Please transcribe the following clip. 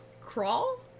Crawl